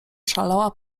szalała